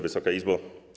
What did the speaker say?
Wysoka Izbo!